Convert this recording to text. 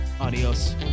Adios